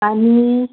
आनी